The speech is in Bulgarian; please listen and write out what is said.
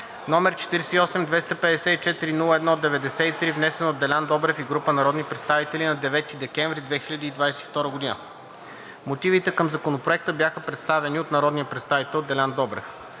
№ 48-254-01-93, внесен от Делян Добрев и група народни представители на 9 декември 2022 г. Мотивите към Законопроекта бяха представени от народния представител Делян Добрев.